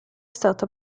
stata